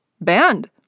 band